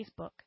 Facebook